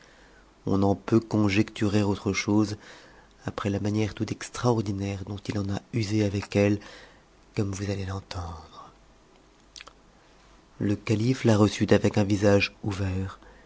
on n'en peut conjecturer autre chose après la manière tout extraordinaire dont il en a usé avec elle comme vous allez l'entendre le calife la reçut avec un visage ouvert